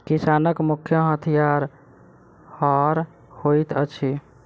किसानक मुख्य हथियार हअर होइत अछि